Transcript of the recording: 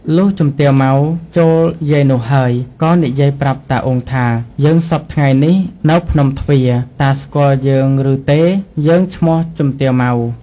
លុះជំទាវម៉ៅ ចូលយាយនោះហើយ ក៏និយាយប្រាប់តា អ៊ុង ថា "យើងសព្វថ្ងៃនេះនៅភ្នំទ្វារ តាស្គាល់យើងឬទេ? យើងឈ្មោះជំទាវ ម៉ៅ ។